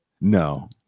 No